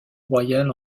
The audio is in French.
royale